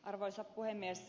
arvoisa puhemies